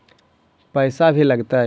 पैसा भी लगतय?